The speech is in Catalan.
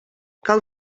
cal